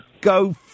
go